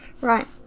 Right